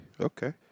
okay